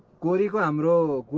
good good um bro.